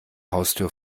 haustür